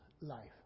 life